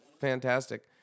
fantastic